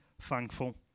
thankful